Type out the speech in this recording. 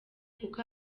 kuko